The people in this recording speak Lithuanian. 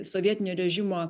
sovietinio režimo